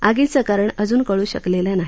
आगीचं कारण अजून कळू शकलेलं नाही